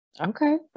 Okay